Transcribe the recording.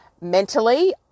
mentally